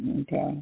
Okay